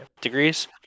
degrees